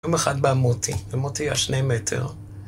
יום אחד בא מוטי, ומוטי היה שני מטר.